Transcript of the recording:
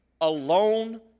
alone